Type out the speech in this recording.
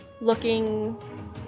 Looking